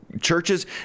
churches